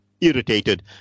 Irritated